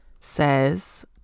says